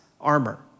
armor